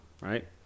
right